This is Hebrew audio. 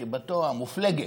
חיבתו המופלגת,